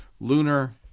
Lunar